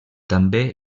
també